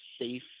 safe